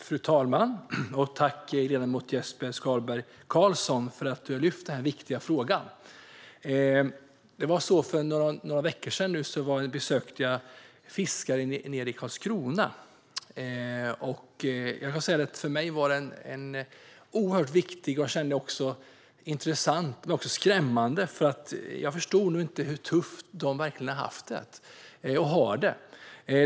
Fru talman! Tack, ledamot Jesper Skalberg Karlsson, för att du tog upp denna viktiga fråga! För några veckor sedan besökte jag fiskare nere i Karlskrona. För mig var detta oerhört viktigt och intressant men också skrämmande. Jag förstod nog inte hur tufft de har haft det - och har det.